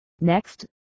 Next